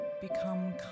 become